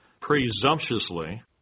presumptuously